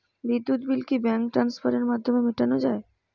বিদ্যুৎ বিল কি ব্যাঙ্ক ট্রান্সফারের মাধ্যমে মেটানো য়ায়?